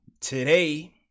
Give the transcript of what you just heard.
today